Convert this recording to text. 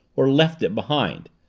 or left it behind?